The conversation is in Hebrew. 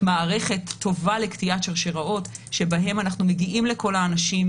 מערכת טובה לקטיעת שרשראות שבהן אנחנו מגיעים לכל האנשים,